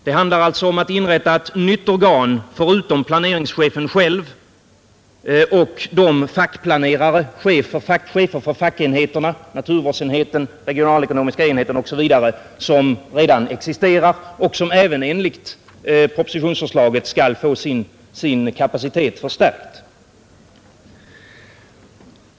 Det handlar alltså om att inrätta ett nytt organ förutom planeringschefen själv och de fackplanerare, dvs. chefer för fackenheterna, naturvårdsenheten, den regionalekonomiska enheten osv., som redan existerar och som även enligt propositionsförslaget skall få sin kapacitet förstärkt.